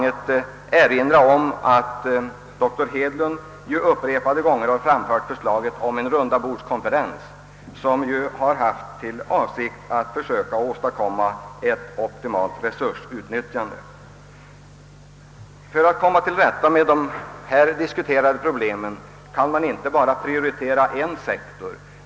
I detta sammanhang vill jag också erinra om att dr Hedlund upprepade gånger föreslagit en rundabordskonferens i avsikt att söka åstadkomma ett optimalt resursutnyttjande. För att komma till rätta med de här diskuterade problemen kan man inte bara prioritera en sektor.